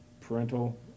parental